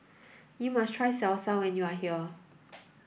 you must try Salsa when you are here